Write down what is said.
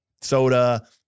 soda